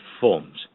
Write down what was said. forms